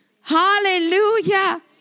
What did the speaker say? hallelujah